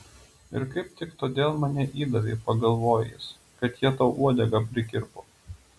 ir kaip tik todėl mane įdavei pagalvojo jis kad jie tau uodegą prikirpo